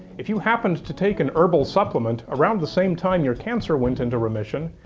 if you happened to take an herbal supplement around the same time your cancer went into remission,